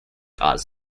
arts